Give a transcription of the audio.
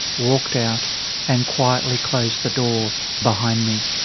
walked out and quietly closed the door behind me.